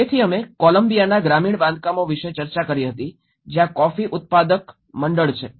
તેથી અમે કોલંબિયાના ગ્રામીણ બાંધકામો વિશે ચર્ચા કરી હતી જ્યાં કોફી ઉત્પાદકો મંડળ છે